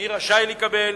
מי רשאי לקבל